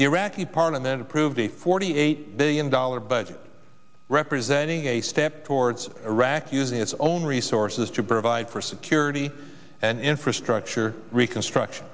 the iraqi parliament approved a forty eight billion dollars budget representing a step towards iraq to use its own resources to provide for security and infrastructure reconstruction